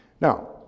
Now